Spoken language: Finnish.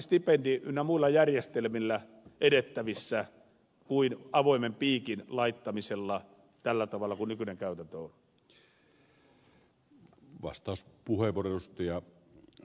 järjestelmillä edettävissä mieluummin kuin avoimen piikin laittamisella tällä tavalla kuin nykyinen käytäntö on